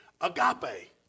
agape